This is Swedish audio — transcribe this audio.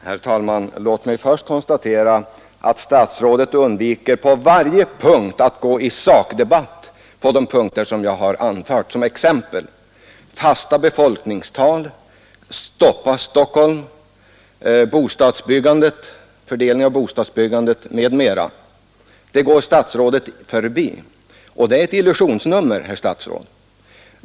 Herr talman! Låt mig först konstatera att statsrådet undviker gå in i sakdebatt beträffande de punkter som jag har anfört såsom exempel. Statsrådet gick förbi alla anmärkningar om fasta befolkningstal, stoppa Stockholm, fördelning av bostadsbyggandet m.m. Det är ett illusionsnummer, herr statsråd.